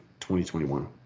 2021